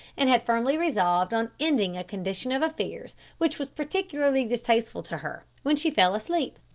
and had firmly resolved on ending a condition of affairs which was particularly distasteful to her, when she fell asleep.